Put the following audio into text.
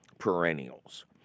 perennials